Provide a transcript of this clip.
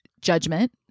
judgment